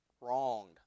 Wronged